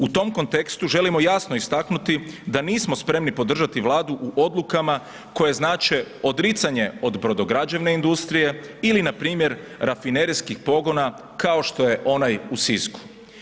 U tom kontekstu želimo jasno istaknuti da nismo spremni podržati Vladu u odlukama koje znače odricanje od brodograđevne industrije ili npr. rafinerijskih pogona, kao što je onaj u Sisku.